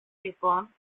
λοιπόν